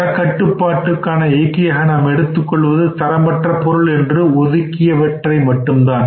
தரக்கட்டுப்பாட்டிற்கான இயக்கியாக நாம் எடுத்துக்கொள்வது தரமற்ற பொருள் என்று ஒதுக்கியவற்றை மட்டும்தான்